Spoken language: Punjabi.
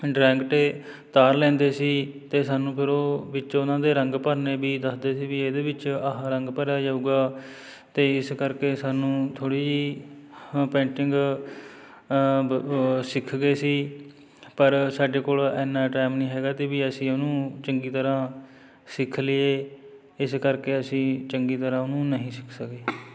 ਡਰਾਇੰਗ 'ਤੇ ਤਾਰ ਲੈਂਦੇ ਸੀ ਅਤੇ ਸਾਨੂੰ ਫਿਰ ਉਹ ਵਿੱਚ ਉਹਨਾਂ ਦੇ ਰੰਗ ਭਰਨੇ ਵੀ ਦੱਸਦੇ ਸੀ ਵੀ ਇਹਦੇ ਵਿੱਚ ਆਹ ਰੰਗ ਭਰਿਆ ਜਾਊਗਾ ਅਤੇ ਇਸ ਕਰਕੇ ਸਾਨੂੰ ਥੋੜ੍ਹੀ ਜਿਹੀ ਪੇਂਟਿੰਗ ਸਿੱਖ ਗਏ ਸੀ ਪਰ ਸਾਡੇ ਕੋਲ ਇੰਨਾ ਟਾਈਮ ਨਹੀਂ ਹੈਗਾ ਸੀ ਵੀ ਅਸੀਂ ਉਹਨੂੰ ਚੰਗੀ ਤਰ੍ਹਾਂ ਸਿੱਖ ਲਈਏ ਇਸ ਕਰਕੇ ਅਸੀਂ ਚੰਗੀ ਤਰ੍ਹਾਂ ਉਹਨੂੰ ਨਹੀਂ ਸਿੱਖ ਸਕੇ